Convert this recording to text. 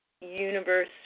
universe